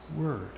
word